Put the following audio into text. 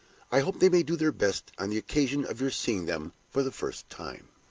i hope they may do their best on the occasion of your seeing them for the first time.